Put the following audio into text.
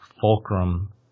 fulcrum